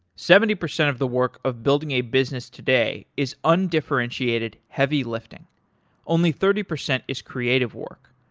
seventy percent of the work of building a business today is undifferentiated heavy-lifting. only thirty percent is creative work.